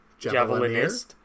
Javelinist